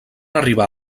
arribar